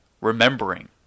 remembering